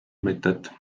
mõtet